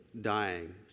dying